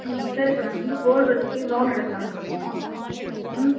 ம் சார் இப்போ நான் வந்து கோல்டு வெச்சு லோன் எடுக்கலானிருக்கோம் ம்